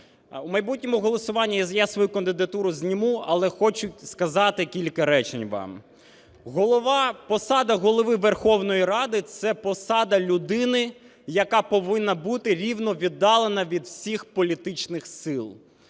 У майбутньому голосуванні я свою кандидатуру зніму, але хочу сказати кілька речень вам. Посада Голови Верховної Ради – це посада людини, яка повинна бути рівновіддалена від усіх політичних сил.